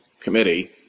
committee